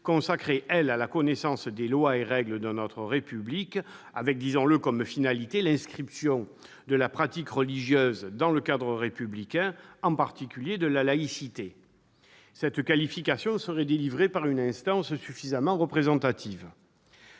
centrée sur la connaissance des lois et règles de notre République, avec comme finalité, disons-le, l'inscription de la pratique religieuse dans le cadre républicain, en particulier celui de la laïcité. Cette qualification serait délivrée par une « instance suffisamment représentative